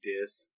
disc